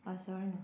आसोळणां